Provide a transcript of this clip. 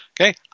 Okay